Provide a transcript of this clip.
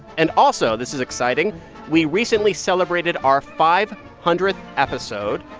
and also this is exciting we recently celebrated our five hundredth episode.